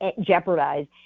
jeopardize